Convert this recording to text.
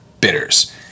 bitters